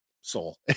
soul